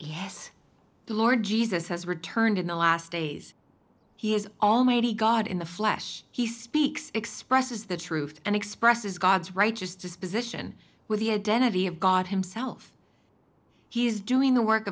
the lord jesus has returned in the last days he is almighty god in the flesh he speaks expresses the truth and expresses god's righteous disposition with the identity of god himself he is doing the work